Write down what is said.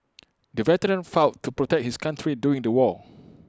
the veteran fought to protect his country during the war